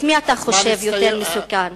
מי אתה חושב יותר מסוכן?